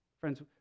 Friends